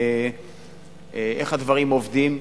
איך הדברים עובדים,